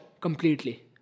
completely